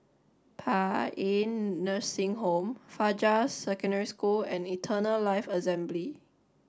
Paean Nursing Home Fajar Secondary School and Eternal Life Assembly